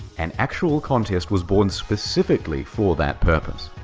an actual contest was born specifically for that purpose,